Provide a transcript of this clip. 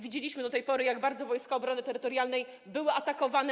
Widzieliśmy do tej pory, jak bardzo Wojska Obrony Terytorialnej były atakowane.